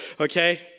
okay